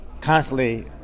constantly